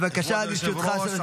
בבקשה, לרשותך שלוש דקות.